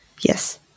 Yes